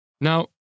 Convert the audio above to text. Now